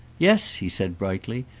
yes, he said brightly,